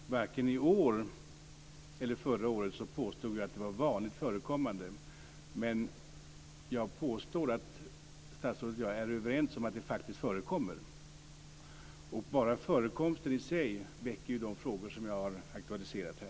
Fru talman! Varken i år eller förra året så påstod jag att det var vanligt förekommande. Men jag påstår att statsrådet och jag är överens om att det faktiskt förekommer. Och bara förekomsten i sig väcker ju de frågor som jag har aktualiserat här.